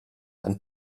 and